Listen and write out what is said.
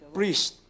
priest